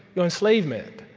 you know enslavement